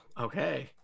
okay